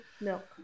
milk